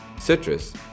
citrus